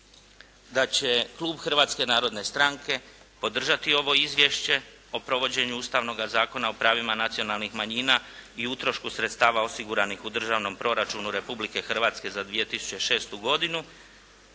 da će Klub Hrvatske narodne stranke podržati ovo Izvješće o provođenju Ustavnoga zakona o pravima nacionalnih manjina i utrošku sredstava osiguranih u Državnom proračunu Republike Hrvatske za 2006. godinu.